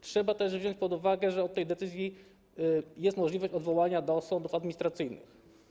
Trzeba też wziąć pod uwagę, że od tej decyzji jest możliwość odwołania do sądów administracyjnych.